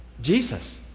Jesus